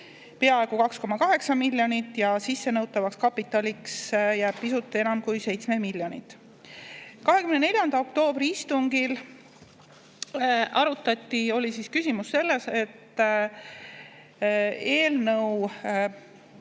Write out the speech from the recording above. peaaegu 2,8 miljonit ja sissenõutavaks kapitaliks jääb pisut enam kui 7 miljonit. Kui 24. oktoobri istungil [eelnõu] arutati, oli küsimus selles, et eelnõu